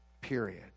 Period